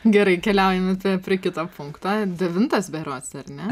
gerai keliaujam tada prie kito punkto devintas berods ar ne